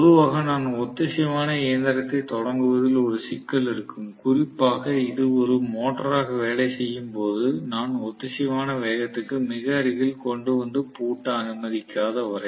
பொதுவாக நான் ஒத்திசைவான இயந்திரத்தை தொடங்குவதில் ஒரு சிக்கல் இருக்கும் குறிப்பாக இது ஒரு மோட்டராக வேலை செய்யும் போது நான் ஒத்திசைவான வேகத்திற்கு மிக அருகில் கொண்டு வந்து பூட்ட அனுமதிக்காத வரை